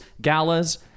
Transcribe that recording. galas